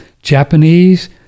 Japanese